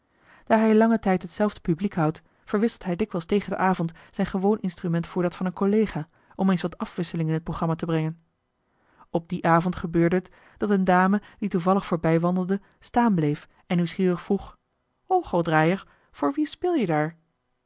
daar hij langen tijd hetzelfde publiek houdt verwisselt hij dikwijls tegen den avond zijn gewoon instrument voor dat van een collega om eens wat afwisseling in het programma te brengen op dien avond gebeurde het dat eene dame die toevallig voor bijwandelde staan bleef en nieuwsgierig vroeg orgeldraaier voor wie speel je daar